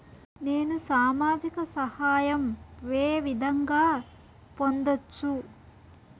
నేను సామాజిక సహాయం వే విధంగా పొందొచ్చు?